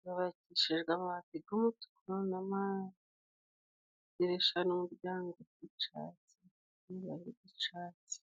Gubakishijwe amabati g'umutuku, n'amadirisha umuryango g'icatsi icatsi.